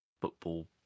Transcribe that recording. football